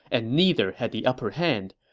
and neither had the upper hand.